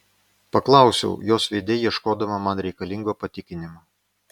paklausiau jos veide ieškodama man reikalingo patikinimo